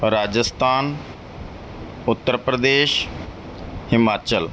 Rajasthan Uttar Pradesh Himachal